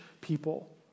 people